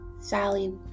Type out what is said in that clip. Sally